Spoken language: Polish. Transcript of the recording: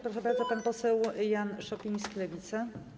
Proszę bardzo, pan poseł Jan Szopiński, Lewica.